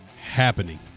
happening